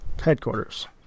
headquarters